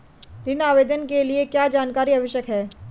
ऋण आवेदन के लिए क्या जानकारी आवश्यक है?